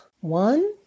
One